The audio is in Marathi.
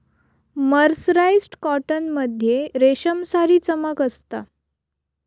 मर्सराईस्ड कॉटन मध्ये रेशमसारी चमक असता